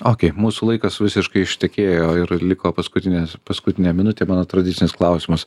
okei mūsų laikas visiškai ištekėjo ir liko paskutinės paskutinė minutė mano tradicinis klausimas